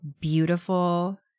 beautiful